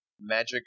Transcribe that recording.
magic